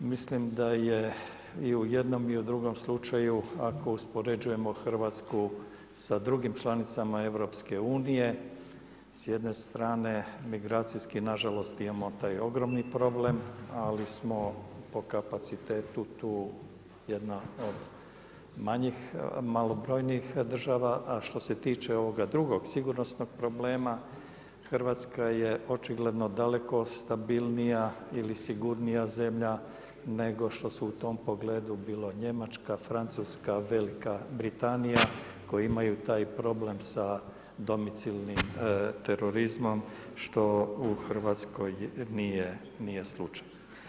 Mislim da je i u jednom i u drugom slučaju, ako uspoređujemo Hrvatsku, sa drugim članicama EU, s jedne strane, migracijski nažalost imamom taj ogromni problem, ali smo po kapacitetu tu jedna od manjih, malobrojnijih država, a što se tiče ovoga drugog sigurnosnog problema Hrvatska je očigledno daleko stabilnija ili sigurnija zemlja, nego što su u tom pogledu, bilo Njemačka, Francuska, Velika Britanija, koje imaju taj problem sa domicilnim terorizmom, što u Hrvatskoj nije slučaj.